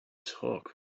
talk